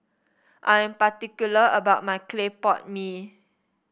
I'm particular about my Clay Pot Mee